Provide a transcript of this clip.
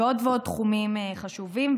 ועוד ועוד תחומים חשובים.